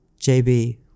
JB